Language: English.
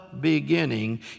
beginning